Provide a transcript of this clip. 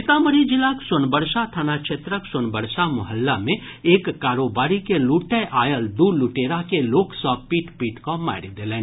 सीतामढ़ी जिलाक सोनबरसा थाना क्षेत्रक सोनबरसा मोहल्ला मे एक कारोबारी के लूटय आयल दू लूटेरा के लोक सभ पीट पीट कऽ मारि देलनि